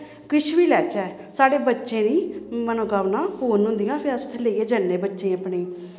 किश बी लैच्चै साढ़े बच्चें दी मनोकामनां पूर्ण होंदियां फिर अस उत्थें लेइयै जन्ने बच्चें गी अपने गी